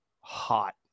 hot